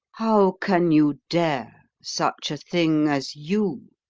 how can you dare, such a thing as you,